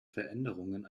veränderungen